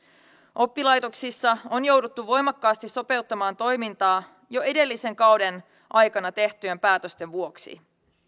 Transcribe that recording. oppilaitoksissa on jouduttu voimakkaasti sopeuttamaan toimintaa jo edellisen kauden aikana tehtyjen päätösten vuoksi